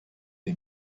the